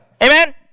Amen